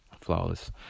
flawless